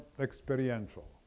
experiential